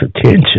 attention